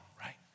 right